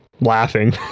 laughing